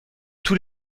tous